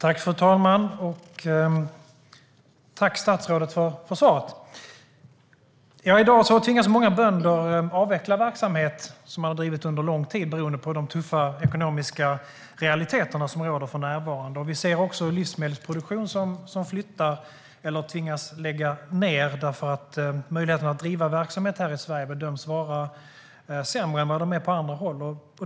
Fru talman! Tack för svaret, statsrådet!I dag tvingas många bönder avveckla verksamhet som de har drivit under lång tid beroende på de tuffa ekonomiska realiteter som råder för närvarande. Vi ser också livsmedelsproduktion som flyttar eller som man tvingas lägga ned därför att möjligheten att driva verksamhet här i Sverige bedöms vara sämre än vad den är på andra håll.